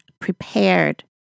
prepared